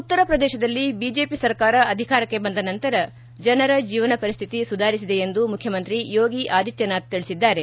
ಉತ್ತರ ಪ್ರದೇಶದಲ್ಲಿ ಬಿಜೆಪಿ ಸರ್ಕಾರ ಅಧಿಕಾರಕ್ಕೆ ಬಂದ ನಂತರ ಜನರ ಜೀವನ ಪರಿಸ್ಟಿತಿ ಸುಧಾರಿಸಿದೆ ಎಂದು ಮುಖ್ಯಮಂತ್ರಿ ಯೋಗಿ ಆದಿತ್ಯನಾಥ್ ತಿಳಿಸಿದ್ದಾರೆ